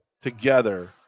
together